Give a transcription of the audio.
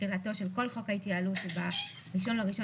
תחילתו של כל חוק ההתייעלות הוא ב-1 בינואר